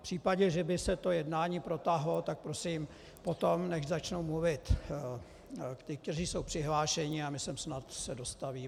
V případě, že by se to jednání protáhlo, tak prosím potom nechť začnou mluvit ti, kteří jsou přihlášeni, a my se sem snad dostavíme.